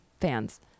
fans